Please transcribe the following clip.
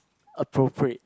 appropriate